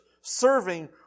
serving